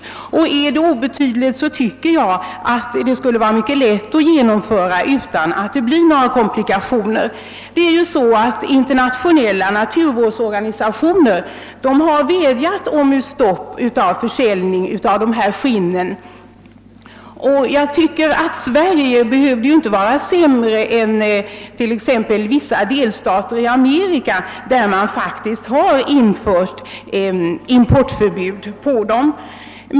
Men om importen är obetydlig tycker jag, att det skulle vara mycket lätt att genomföra ett förbud utan att det blir några komplikationer. Internationella naturvårdsorganisationer har vädjat om ett stopp för försäljningen av skinn av sällsynta kattdjur. Sverige skulle inte behöva vara sämre än t.ex. vissa delstater i USA, som faktiskt har infört importförbud.